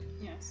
yes